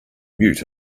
mute